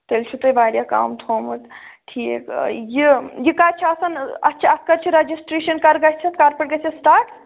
تیٚلہِ چھُو تۅہہِ وارِیاہ کَم تھوٚومُت ٹھیٖک یہِ یہِ کَتہِ چھُ آسان اچھا اتھ کَتہِ چھِ رجسٹرٛیشَن کَر گژھِ اتھ کَرٕ پیٚٹھ گژھِ اتھ سِٹاٹ